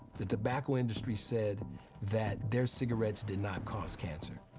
the tobacco industry said that their cigarettes did not cause cancer.